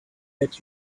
let